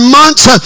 months